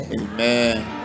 Amen